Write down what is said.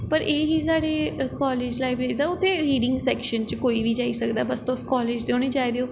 पर एह् ही साढ़े कालेज लाईब्रेरी दा उत्थें रीडिंग सैक्शन च कोई बी जाई सकदा हा बस तुस कालेज दे होने चाहिदे ओ